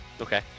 Okay